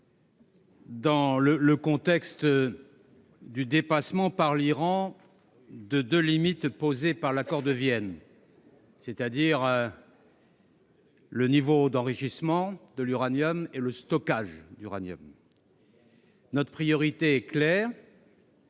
dans le contexte du dépassement par l'Iran de deux limites posées par l'accord de Vienne, le niveau d'enrichissement de l'uranium et le stockage de celui-ci, notre priorité est claire